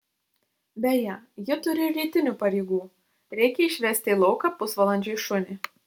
beje ji turi ir rytinių pareigų reikia išvesti į lauką pusvalandžiui šunį